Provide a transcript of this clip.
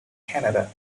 canada